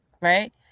Right